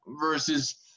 versus